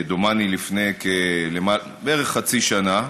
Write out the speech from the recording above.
דומני לפני כחצי שנה,